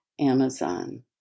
Amazon